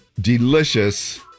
delicious